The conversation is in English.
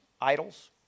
idols